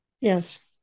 Yes